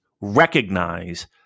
recognize